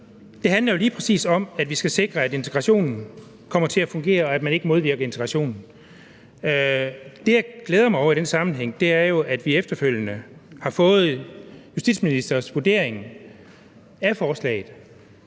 handler om, at vi skal sikre, at integrationen kommer til at fungere, og at man ikke modvirker integrationen. Det, jeg glæder mig over i den sammenhæng, er jo, at vi efterfølgende har fået justitsministerens vurdering af forslaget,